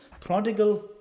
Prodigal